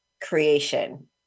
creation